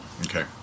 Okay